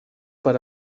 per